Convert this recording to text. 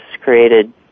created